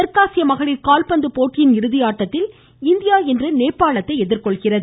தெற்காசிய மகளிர் கால்பந்து போட்டியின் இறுதி ஆட்டத்தில் இந்தியா இன்று நேபாளத்தை எதிர்கொள்கிறது